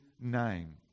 name